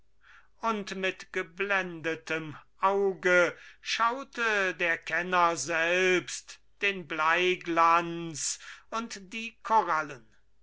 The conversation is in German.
und mit geblendetem auge schaute der kenner selbst den bleiglanz und die korallen